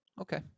Okay